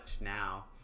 now